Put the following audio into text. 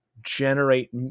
generate